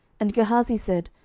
and gehazi said,